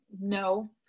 No